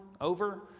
over